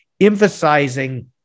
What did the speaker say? emphasizing